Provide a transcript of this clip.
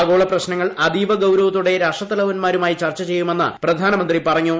ആഗോള പ്രശ്നങ്ങൾ അതീവ ഗൌരവത്തോടെ രാഷ്ട്രത്തലവന്മാരുമായി ചർച്ച ചെയ്യുമെന്ന് പ്രധാനമന്ത്രി പറഞ്ഞു